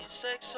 sex